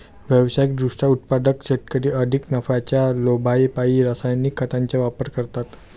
व्यावसायिक दृष्ट्या उत्पादक शेतकरी अधिक नफ्याच्या लोभापायी रासायनिक खतांचा वापर करतात